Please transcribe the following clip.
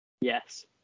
Yes